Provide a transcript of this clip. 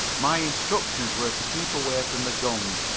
my instructions were to keep away from the guns,